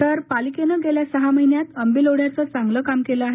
तर पालिकेनं गेल्या सहा महिन्यात आंबील ओढ्याचं चांगलं काम केलं आहे